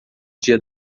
dia